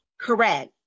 correct